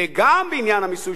וגם בעניין המיסוי,